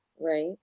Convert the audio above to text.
right